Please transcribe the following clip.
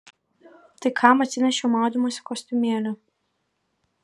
tai kam atsinešiau maudymosi kostiumėlį